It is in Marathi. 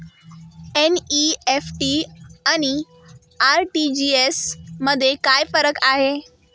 एन.इ.एफ.टी आणि आर.टी.जी.एस मध्ये काय फरक आहे?